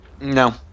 no